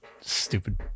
stupid